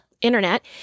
internet